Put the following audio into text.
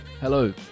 Hello